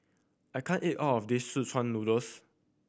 I can't eat all of this szechuan noodles